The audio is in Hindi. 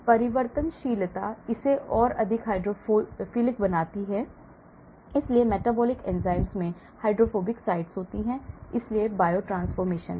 परिवर्तनशीलता इसे और अधिक हाइड्रोफिलिक बनाते हैं इसलिए metabolic enzymes में हाइड्रोफोबिक साइटें होती हैं इसलिए बायोट्रान्सफॉर्मेशन हैं